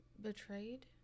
betrayed